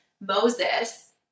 Moses